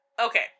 Okay